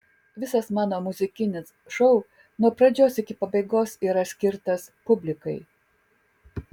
visas mano muzikinis šou nuo pradžios iki pabaigos yra skirtas publikai